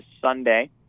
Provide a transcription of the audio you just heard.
Sunday